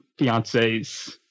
fiancés